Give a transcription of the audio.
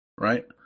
Right